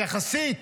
יחסית.